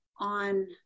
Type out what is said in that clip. On